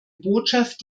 botschaft